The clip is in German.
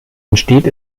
entsteht